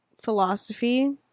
philosophy